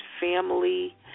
family